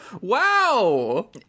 Wow